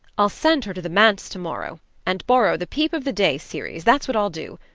i'll send her to the manse tomorrow and borrow the peep of the day series, that's what i'll do.